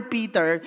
Peter